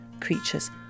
creatures